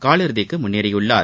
காலிறுதிக்கு முன்னேறியுள்ளார்